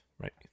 right